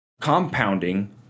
compounding